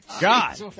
God